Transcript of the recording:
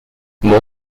more